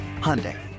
Hyundai